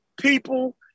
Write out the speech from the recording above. people